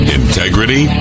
integrity